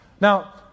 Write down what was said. Now